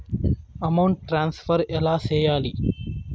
amount transfer ఎలా సేయాలి